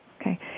Okay